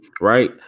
right